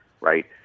right